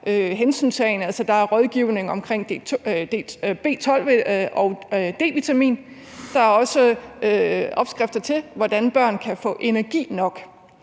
der er rådgivning om B12- og D-vitamin. Der er også opskrifter til, hvordan børn kan få energi nok.